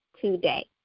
today